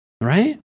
right